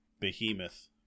behemoth